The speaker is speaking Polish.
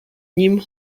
nim